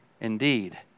indeed